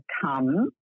come